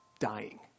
dying